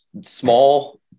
small